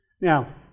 Now